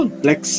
flex